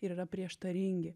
ir yra prieštaringi